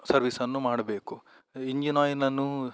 ಸರ್ವೀಸನ್ನು ಮಾಡಬೇಕು ಇಂಜಿನ್ ಆಯಿನನ್ನು